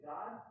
God